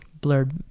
blurred